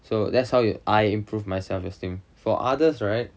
so that's how you I improve my self esteem for others right